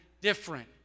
different